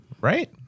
right